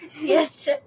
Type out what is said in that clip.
yes